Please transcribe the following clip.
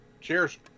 Cheers